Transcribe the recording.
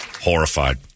horrified